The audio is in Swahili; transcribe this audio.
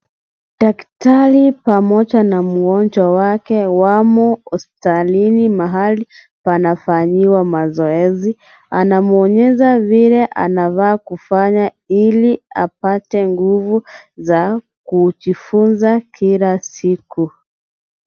Daktari pamoja na mgonjwa wake wamo hospitalini mahali wanafanyiwa mazoezi, anamuonyesha vile anafaa kufanya ili apate nguvu za kujifunza kila siku.